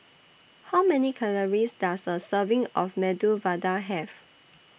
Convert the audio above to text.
How Many Calories Does A Serving of Medu Vada Have